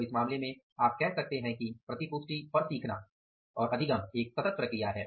तो इस मामले में आप कह सकते हैं कि प्रतिपुष्टि और सीखना एक सतत प्रक्रिया है